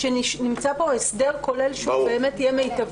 שנמצא פה הסדר כולל מיטבי.